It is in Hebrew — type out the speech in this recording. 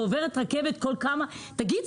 ועוברת רכבת כל כמה תגיד,